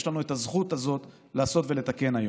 יש לנו את הזכות הזאת לעשות ולתקן היום.